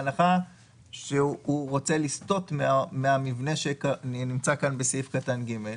בהנחה שהוא רוצה לסטות מהמבנה שנמצא בסעיף קטן (ג).